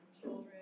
children